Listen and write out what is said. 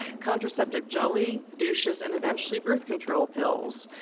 contraceptive jelly, douches and eventually birth control pills.